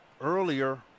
earlier